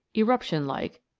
eruption-like,